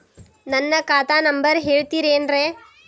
ನನ್ನ ಖಾತಾ ನಂಬರ್ ಹೇಳ್ತಿರೇನ್ರಿ?